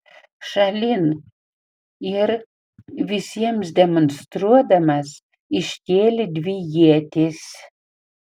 šalin ir visiems demonstruodamas iškėlė dvi ietis